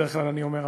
בדרך כלל אני אומר,